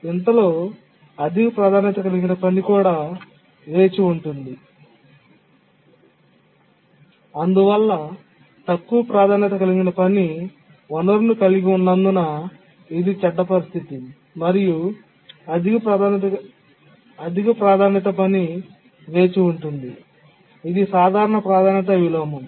ఇంతలో అధిక ప్రాధాన్యత కలిగిన పని కూడా వేచి ఉంటుంది అందువల్ల తక్కువ ప్రాధాన్యత కలిగిన పని వనరును కలిగి ఉన్నందున ఇది చెడ్డ పరిస్థితి మరియు అధిక ప్రాధాన్యత పని వేచి ఉంటుంది ఇది సాధారణ ప్రాధాన్యత విలోమం